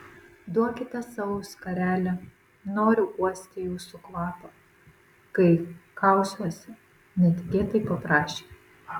duokite savo skarelę noriu uosti jūsų kvapą kai kausiuosi netikėtai paprašė